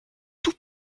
tous